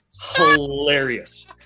Hilarious